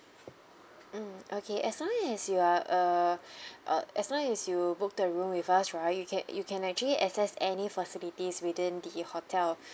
mm okay as long as you are err uh as long as you book the room with us right you can you can actually access any facilities within the hotel